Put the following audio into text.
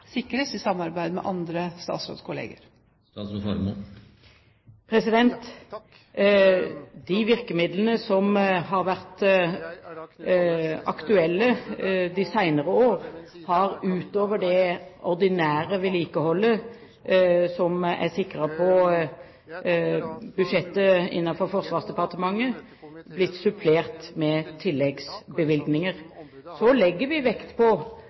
sikres, i samarbeid med andre statsrådskollegaer? De virkemidlene som har vært aktuelle de senere år – utover det ordinære vedlikeholdet som er sikret på budsjettet innenfor Forsvarsdepartementet – har blitt supplert med tilleggsbevilgninger. Så legger vi vekt på